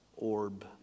orb